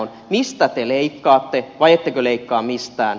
mistä te leikkaatte vai ettekö leikkaa mistään